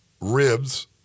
ribs